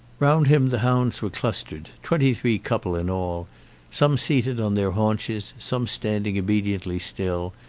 round him the hounds were clustered twenty-three couple in all some seated on their haunches some standing obediently still,